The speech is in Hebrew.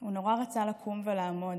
הוא נורא רצה לקום ולעמוד,